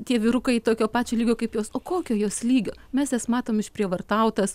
tie vyrukai tokio pačio lygio kaip jos o kokio jos lygio mes jas matom išprievartautas